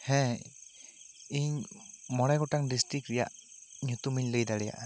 ᱦᱮᱸ ᱤᱧ ᱢᱚᱬᱮ ᱜᱚᱴᱟᱝ ᱰᱤᱥᱴᱤᱠ ᱨᱮᱭᱟᱜ ᱧᱩᱛᱩᱢ ᱤᱧ ᱞᱟᱹᱭ ᱫᱟᱲᱮᱭᱟᱜᱼᱟ